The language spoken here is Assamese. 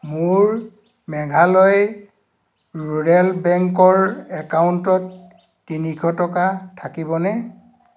মোৰ মেঘালয় ৰুৰেল বেংকৰ একাউণ্টত তিনিশ টকা থাকিবনে